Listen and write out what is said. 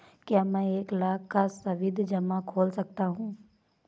क्या मैं एक लाख का सावधि जमा खोल सकता हूँ?